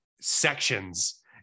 sections